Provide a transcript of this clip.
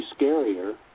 scarier